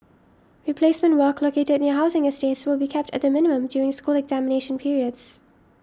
replacement work located near housing estates will be kept at the minimum during school examination periods